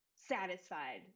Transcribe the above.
satisfied